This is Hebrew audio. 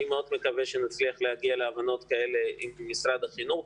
אני מאוד מקווה שנצליח להגיע להבנות כאלה עם משרד החינוך.